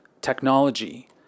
technology